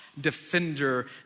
defender